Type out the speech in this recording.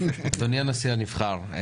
אדוני הנשיא הנבחר,